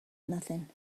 nothing